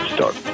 Start